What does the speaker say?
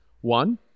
one